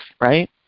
right